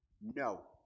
No